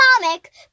comic